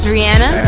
Rihanna